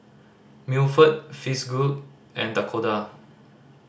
Milford Fitzhugh and Dakoda